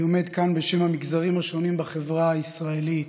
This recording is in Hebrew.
אני עומד כאן בשם המגזרים השונים בחברה הישראלית,